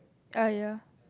ah ya